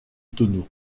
tonneaux